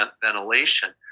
ventilation